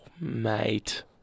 mate